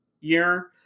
year